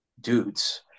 dudes